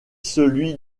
celui